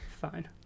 fine